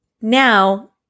Now